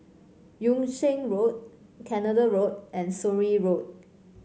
Yung Sheng Road Canada Road and Surrey Road